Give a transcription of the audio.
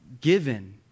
given